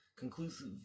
Conclusive